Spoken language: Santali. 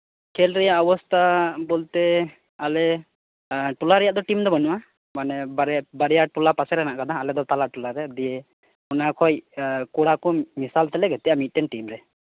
ᱠᱷᱮᱞ ᱨᱮᱭᱟᱜ ᱚᱵᱚᱥᱛᱟ ᱵᱚᱞᱛᱮ ᱟᱞᱮ ᱴᱚᱞᱟ ᱨᱮᱭᱟᱜ ᱫᱚ ᱴᱤᱢᱫᱚ ᱵᱟᱹᱱᱩᱜᱼᱟ ᱢᱟᱱᱮ ᱵᱟᱨᱭᱟ ᱴᱚᱞᱟ ᱯᱟᱥᱮᱨᱮ ᱢᱮᱱᱟᱜ ᱟᱠᱟᱫᱟ ᱟᱞᱮᱫᱚ ᱛᱟᱞᱟ ᱴᱚᱞᱟᱨᱮ ᱫᱤᱭᱮ ᱚᱱᱟᱠᱷᱚᱡ ᱠᱚᱲᱟᱠᱚ ᱢᱮᱥᱟᱞ ᱛᱮᱞᱮ ᱜᱟᱛᱮᱜᱼᱟ ᱢᱤᱫᱴᱮᱱ ᱴᱤᱢ ᱨᱮ